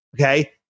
Okay